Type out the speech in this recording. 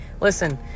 listen